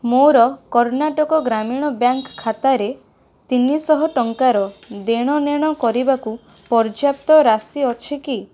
ମୋର କର୍ଣ୍ଣାଟକ ଗ୍ରାମୀଣ ବ୍ୟାଙ୍କ୍ ଖାତାରେ ତିନିଶହ ଟଙ୍କାର ଦେଣନେଣ କରିବାକୁ ପର୍ଯ୍ୟାପ୍ତ ରାଶି ଅଛି କି